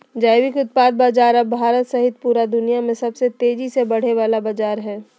जैविक उत्पाद बाजार अब भारत सहित पूरा दुनिया में सबसे तेजी से बढ़े वला बाजार हइ